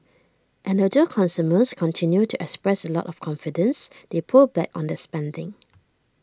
and although consumers continued to express A lot of confidence they pulled back on their spending